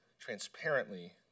transparently